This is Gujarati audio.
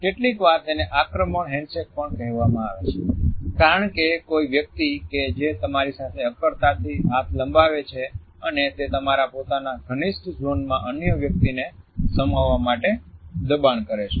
કેટલીકવાર તેને આક્રમણ હેન્ડશેક પણ કહેવામાં આવે છે કારણ કે કોઈ વ્યક્તિ કે જે તમારી સાથે અક્કડતા થી હાથ લંબાવે છે અને તે તમારા પોતાના ઘનિષ્ઠ ઝોન માં અન્ય વ્યક્તિને સમાવવા માટે દબાણ કરે છે